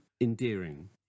endearing